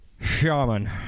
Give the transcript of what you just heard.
Shaman